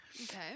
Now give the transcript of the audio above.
okay